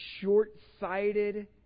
short-sighted